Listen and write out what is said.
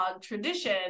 tradition